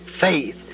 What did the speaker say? faith